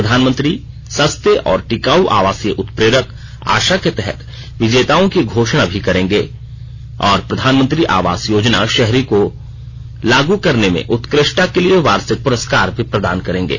प्रधानमंत्री सस्ते और टिकाऊ आवासीय उत्प्रेरक आशा के तहत विजेताओं की घोषणा भी करेंगे और प्रधानमंत्री आवास योजना शहरी को लागू करने में उत्क ष्टता के लिए वार्षिक पुरस्कार भी प्रदान करेंगे